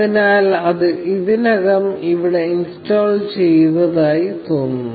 അതിനാൽ ഇത് ഇതിനകം ഇവിടെ ഇൻസ്റ്റാൾ ചെയ്തതായി തോന്നുന്നു